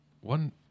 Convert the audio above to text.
One